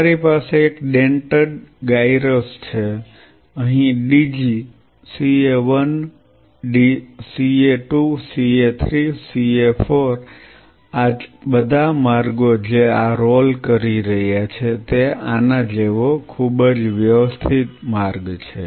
તમારી પાસે dentate gyrus છે અહીં dg CA 1 CA 2 CA 3 CA 4 આ બધા માર્ગો જે આ રોલ કરી રહ્યા છે તે આના જેવો ખૂબ જ વ્યવસ્થિત માર્ગ છે